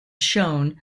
shown